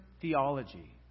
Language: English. theology